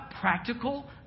practical